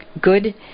good